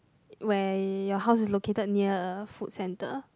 where your house is located near a food centre